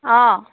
অঁ